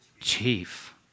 Chief